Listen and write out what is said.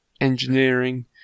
Engineering